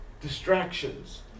distractions